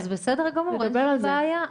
בסדר גמור, אין שום בעיה.